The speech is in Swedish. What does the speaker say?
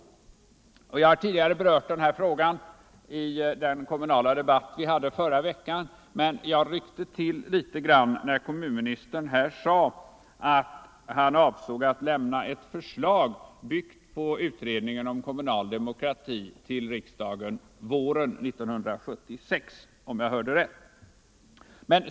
Jag har tidigare berört den här frågan i den kommunala debatt som vi förde förra veckan. Jag ryckte dock till litet grand när jag tidigare i dag hörde kommunministern säga att han avsåg att — om jag hörde rätt — till våren 1976 lägga fram ett förslag byggt på tankegångarna från utredningen om kommunal demokrati.